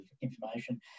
information